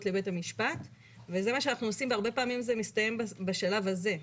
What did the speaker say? לבית המשפט וזה מה שאנחנו עושים והרבה פעמים זה מסתיים בשלב הזה,